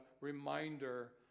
reminder